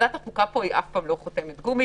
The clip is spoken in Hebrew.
אני חושבת שוועדת החוקה היא אף פעם לא חותמת גומי.